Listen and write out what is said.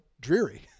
dreary